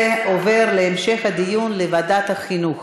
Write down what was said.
ההצעה להעביר את הנושא לוועדת החינוך,